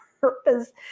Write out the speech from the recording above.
purpose